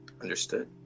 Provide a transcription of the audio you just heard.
understood